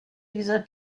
dieser